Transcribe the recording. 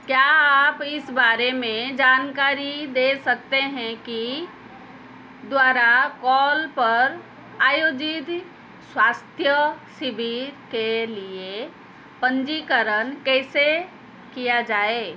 क्या आप इस बारे में जानकारी दे सकते हैं कि द्वारा कल पर आयोजित स्वास्थ्य शिविर के लिए पन्जीकरण कैसे किया जाए